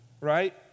right